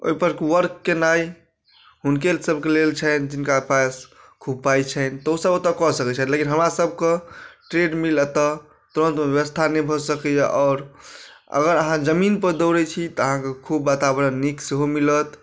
ओहिपर वर्क केनाइ हुनके सबके लेल छनि जिनका पास खूब पाइ छनि तऽ ओ सब ओतऽ कऽ सकै छथि लेकिन हमरासबके ट्रेडमिल एतऽ तुरन्तमे बेबस्था नहि भऽ सकैए आओर अगर अहाँ जमीनपर दौड़ै छी तऽ अहाँके खूब वातावरण नीक सेहो मिलत